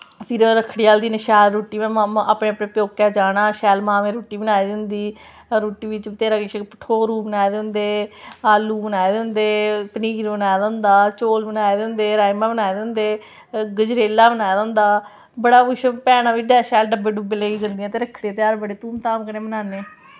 फिर रक्खड़ी आह्ले दिन शैल रुट्टी अपने अपने प्यौके जाना शैल मां नै रुट्टी बनाई दी होंदी रुट्टी बिच बथ्हेरा किश भठोरू बनाए दे होंदे आलू बनाए दे होंदे पनीर बनाए दा होंदा चौल बनाए दे होंदे राजमांह् बनाए दे होंदे गजरेला बनाए दा होंदा भैना बी शैल बड्डे लेइयै गेदियां होंदियां ते रक्खड़ी दा ध्यार बड़ी धूम धाम कन्नै मनांदे